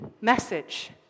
message